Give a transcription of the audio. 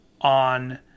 on